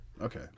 okay